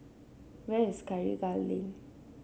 where is Karikal Lane